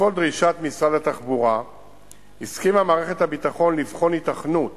בעקבות דרישת משרד התחבורה הסכימה מערכת הביטחון לבחון היתכנות